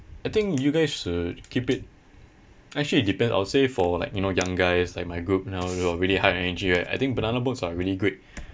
I think you guys should keep it actually it depends I would say for like you know young guys like my group now you know really high energy right I think banana boats are really great